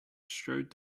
strode